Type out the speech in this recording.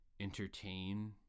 Entertain